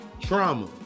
trauma